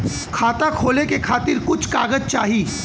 खाता खोले के खातिर कुछ कागज चाही?